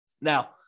Now